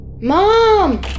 Mom